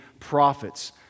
prophets